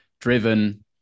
driven